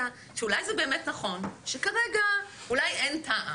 שאולי זה באמת נכון שכרגע אולי אין טעם,